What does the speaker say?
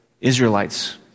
Israelites